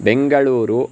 Bengaluru